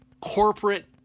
corporate